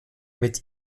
mit